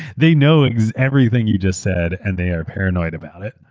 they know everything you just said, and they are paranoid about it.